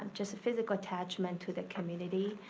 um just physical attachment to the community.